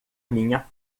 minha